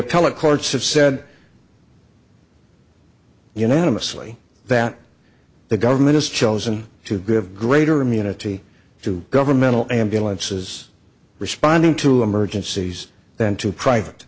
appellate courts have said you know mostly that the government has chosen to give greater immunity to governmental ambulances responding to emergencies than to private